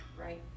Right